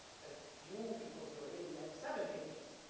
but you because you are here, you'll have seven pictures.